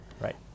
Right